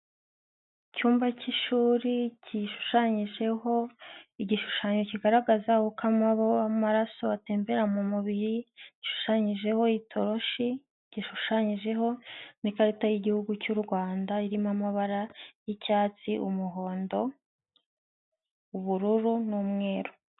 Icyumba k'ishuri gishushanyijeho igishushanyo kigaragaza uko amaraso atembera mu mubiri, gishushanyijeho itoroshi, gishushanyijeho n'ikarita y'Igihugu cy'u Rwanda irimo amabara y'icyatsi, umuhondo, ubururu n'umweru.